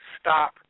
stop